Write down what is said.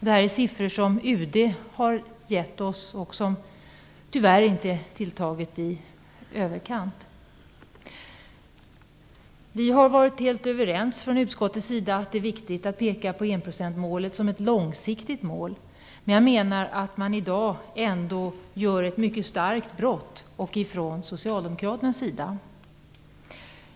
Det här är siffror som UD har gett oss och som, tyvärr, inte är tilltagna i överkant. I utskottet har vi varit helt överens om att det är viktigt att peka på enprocentsmålet som ett långsiktigt mål. Men jag menar att man i dag ändå gör sig skyldig till ett mycket starkt brott, och då även från Socialdemokraternas sida.